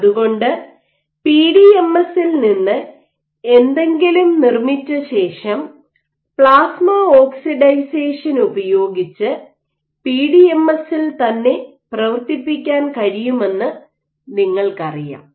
അതുകൊണ്ട് പിഡിഎംഎസിൽ നിന്ന് എന്തെങ്കിലും നിർമ്മിച്ച ശേഷം പ്ലാസ്മ ഓക്സിഡൈസേഷൻ ഉപയോഗിച്ച് പിഡിഎംഎസിൽ തന്നെ പ്രവർത്തിപ്പിക്കാൻ കഴിയുമെന്ന് നിങ്ങൾക്കറിയാം